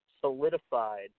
solidified